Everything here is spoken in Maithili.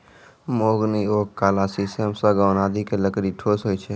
महोगनी, ओक, काला शीशम, सागौन आदि के लकड़ी ठोस होय छै